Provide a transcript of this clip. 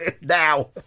Now